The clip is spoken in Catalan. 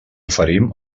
oferim